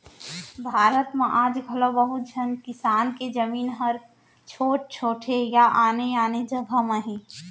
भारत म आज घलौ बहुत झन किसान के जमीन ह छोट छोट हे या आने आने जघा म हे